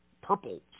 purple